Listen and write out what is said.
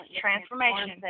transformation